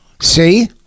see